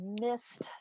missed